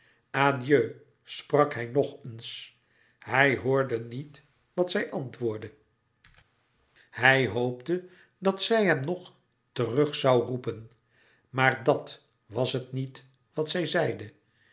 adieu sprak hij nog eens hij hoorde niet wat zij antwoordde hij hoopte dat zij hem nog terug zoû roepen maar dàt was het niet wat zij zeide